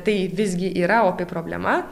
tai visgi yra opi problema